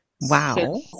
Wow